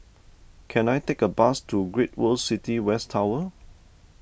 can I take a bus to Great World City West Tower